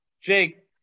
Jake